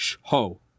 ho